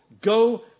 go